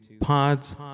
pods